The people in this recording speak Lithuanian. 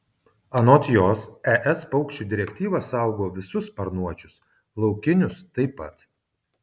anot jos es paukščių direktyva saugo visus sparnuočius laukinius taip pat